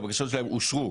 והבקשות שלהם אושרו,